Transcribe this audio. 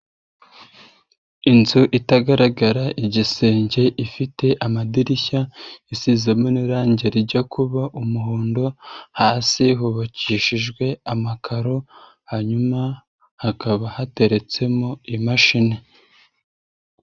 Inzu itagaragara igisenge, ifite amadirishya isizemo n'irange rijya kuba umuhondo, hasi hubakishijwe amakaro, hanyuma hakaba hateretsemo imashini.